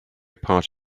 part